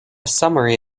summary